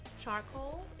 Charcoal